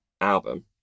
album